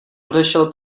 odešel